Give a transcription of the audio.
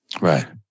right